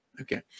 Okay